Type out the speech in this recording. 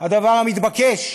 הדבר המתבקש,